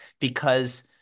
because-